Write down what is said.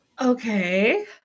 Okay